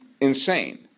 insane